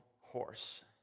horse